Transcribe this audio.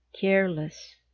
careless